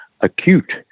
acute